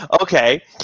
Okay